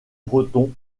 breton